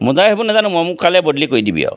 ম জা সেইবোৰ নাজানো মই মোক কাইলৈ বদলি কৰি দিবি আৰু